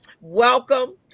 welcome